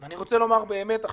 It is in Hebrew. אני רוצה לומר באמת עכשיו,